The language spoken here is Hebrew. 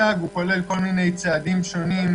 הוצג והוא כולל כל מיני צעדים שונים,